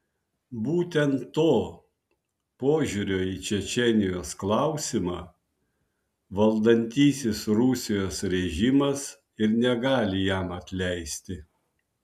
būtent to požiūrio į čečėnijos klausimą valdantysis rusijos režimas ir negali jam atleisti